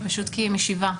כי היא משיבה.